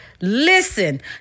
Listen